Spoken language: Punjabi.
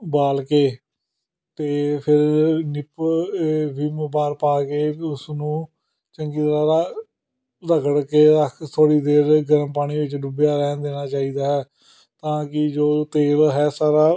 ਉਬਾਲ ਕੇ ਅਤੇ ਫਿਰ ਨਿਪੁ ਵਿਮ ਬਾਰ ਪਾ ਕੇ ਉਸਨੂੰ ਚੰਗੀ ਤਰ੍ਹਾਂ ਰਗੜ ਕੇ ਰੱਖ ਥੋੜ੍ਹੀ ਦੇਰ ਗਰਮ ਪਾਣੀ ਵਿੱਚ ਡੁੱਬਿਆ ਰਹਿਣ ਦੇਣਾ ਚਾਹੀਦਾ ਤਾਂ ਕਿ ਜੋ ਤੇਲ ਹੈ ਸਾਰਾ